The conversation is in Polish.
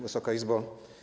Wysoka Izbo!